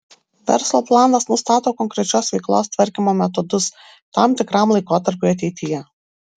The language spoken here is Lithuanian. verslo planas nustato konkrečios veiklos tvarkymo metodus tam tikram laikotarpiui ateityje